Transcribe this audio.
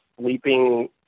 sleeping